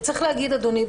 וצריך לומר, אדוני.